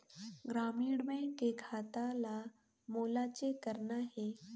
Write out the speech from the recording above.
ग्रामीण बैंक के खाता ला मोला चेक करना हे?